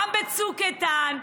גם בצוק איתן,